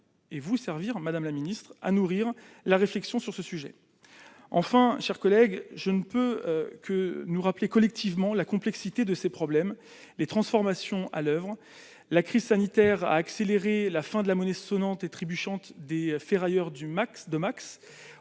vous servir, madame la secrétaire d'État, à nourrir la réflexion sur ce sujet. Enfin, mes chers collègues, je ne peux que rappeler la complexité de ces problèmes et des transformations qui sont à l'oeuvre. La crise sanitaire a accéléré la fin de la monnaie sonnante et trébuchante des ferrailleurs de Max